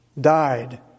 died